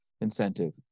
incentive